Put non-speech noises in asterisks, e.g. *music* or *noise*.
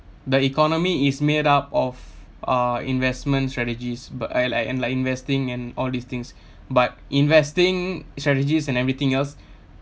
the economy is made up of uh investment strategies but I like and like like investing and all these things *breath* but investing strategies and everything else